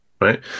right